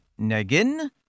Negin